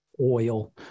oil